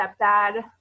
stepdad